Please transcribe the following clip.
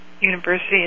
University